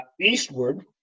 eastward